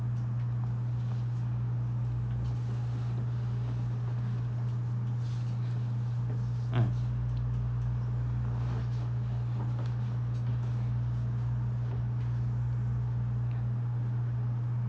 mm